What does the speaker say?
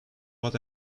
what